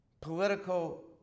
political